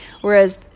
whereas